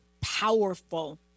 powerful